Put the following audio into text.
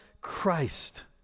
Christ